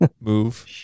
move